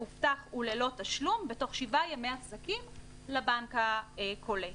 מאובטח וללא תשלום בתוך שבעה ימי עסקים לבנק הקולט.